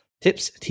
tips